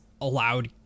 allowed